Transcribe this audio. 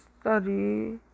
study